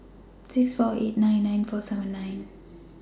six four eight nine nine four seven nine